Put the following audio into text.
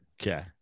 Okay